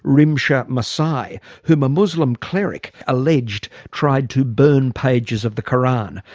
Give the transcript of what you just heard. rimsha masih whom a muslim cleric alleged tried to burn pages of the koran.